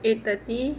eight thirty